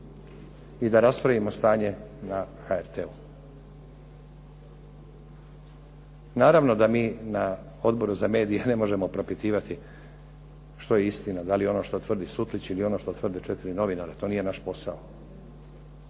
i da raspravimo stanje na HRT-u. Naravno da mi na Odboru na medije ne možemo propitivati što je istina, da li je ono što tvrdi Sutlić ili ono što tvrde četiri novinara, to nije naš posao.